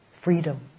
freedom